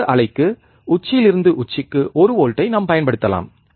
சதுர அலைக்கு உச்சியிலிருந்து உச்சிக்கு ஒரு வோல்ட்ஐ நாம் பயன்படுத்தலாம்